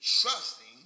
trusting